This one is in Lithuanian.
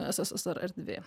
sssr erdvė